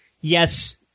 yes